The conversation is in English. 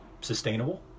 sustainable